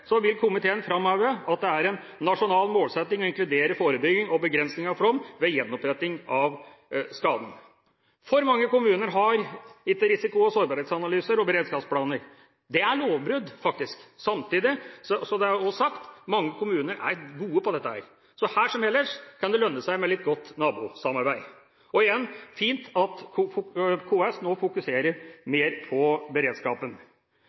så måte. Videre sier vi – og det er det viktig å merke seg – at dersom større flomskade først har skjedd, vil komiteen framheve at det er en nasjonal målsetting å inkludere forebygging og begrensning av flom ved gjenoppretting av skaden. For mange kommuner har ikke risiko- og sårbarhetsanalyser og beredskapsplaner. Det er faktisk lovbrudd. Samtidig, så det også er sagt: Mange kommuner er gode på dette. Så her – som ellers – kan det lønne seg med litt godt